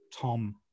Tom